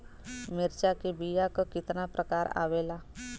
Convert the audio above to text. मिर्चा के बीया क कितना प्रकार आवेला?